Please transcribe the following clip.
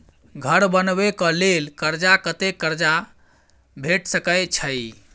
घर बनबे कऽ लेल कर्जा कत्ते कर्जा भेट सकय छई?